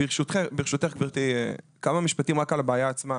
ברשותך גבירתי, כמה משפטים על הבעיה עצמה.